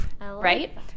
right